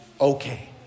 Okay